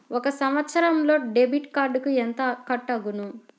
ఒక సంవత్సరంలో డెబిట్ కార్డుకు ఎంత కట్ అగును?